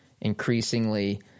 increasingly